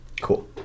Cool